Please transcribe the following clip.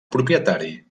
propietari